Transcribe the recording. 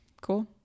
Cool